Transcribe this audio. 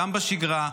גם בשגרה,